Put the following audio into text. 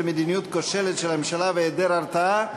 מדיניות כושלת של הממשלה והיעדר הרתעה,